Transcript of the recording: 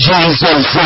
Jesus